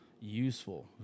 useful